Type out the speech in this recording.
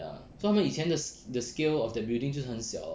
ya so 他们以前的 scale of the building 就很小 orh